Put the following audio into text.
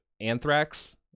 anthrax